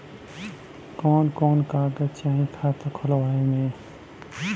कवन कवन कागज चाही खाता खोलवावे मै?